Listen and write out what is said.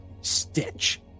stitch